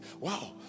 wow